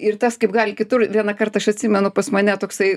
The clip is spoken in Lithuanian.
ir tas kaip gali kitur vienąkart aš atsimenu pas mane toksai